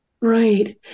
Right